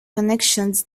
connections